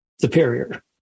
superior